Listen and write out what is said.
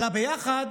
אבל היחד